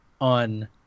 on